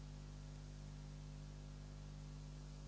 Hvala vam